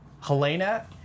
Helena